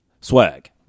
swag